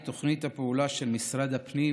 מהי תוכנית הפעולה של משרד הפנים